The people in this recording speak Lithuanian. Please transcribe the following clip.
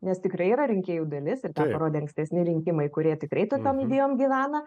nes tikrai yra rinkėjų dalis ir tą parodė ankstesni rinkimai kurie tikrai tokiom idėjom gyvena